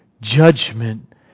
judgment